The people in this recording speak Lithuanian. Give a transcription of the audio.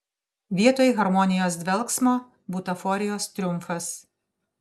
vietoj harmonijos dvelksmo butaforijos triumfas